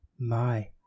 My—